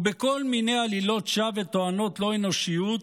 ובכל מיני עלילות שווא ותואנות לא אנושיות,